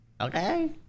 Okay